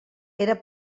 era